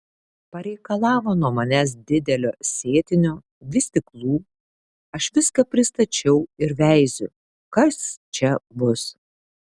pareikalavo nuo manęs didelio sėtinio vystyklų aš viską pristačiau ir veiziu kas čia bus